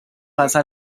pasa